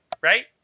right